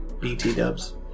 BT-dubs